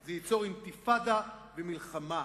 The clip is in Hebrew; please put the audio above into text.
זה ייצור אינתיפאדה ומלחמה.